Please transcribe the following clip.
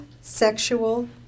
sexual